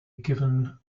given